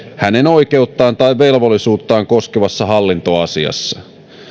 hänen oikeuttaan tai velvollisuuttaan koskevassa hallintoasiassa